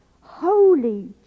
Holy